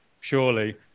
surely